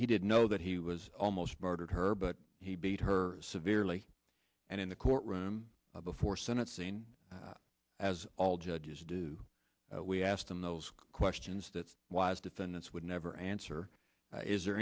he did know that he was almost murdered her but he beat her severely and in the courtroom before sentencing as all judges do we asked him those questions that was defendant's would never answer is there